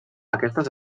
aquestes